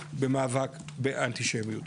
במאבק באנטישמיות.